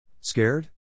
Scared